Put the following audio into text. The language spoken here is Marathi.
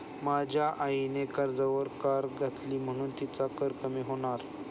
माझ्या आईने कर्जावर कार घेतली म्हणुन तिचा कर कमी होणार